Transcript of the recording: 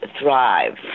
thrive